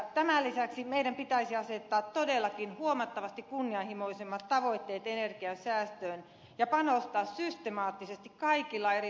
tämän lisäksi meidän pitäisi asettaa todellakin huomattavasti kunnianhimoisemmat tavoitteet energiansäästölle ja panostaa systemaattisesti kaikilla eri sektoreilla energiansäästöön